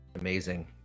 amazing